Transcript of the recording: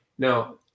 Now